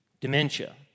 dementia